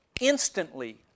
instantly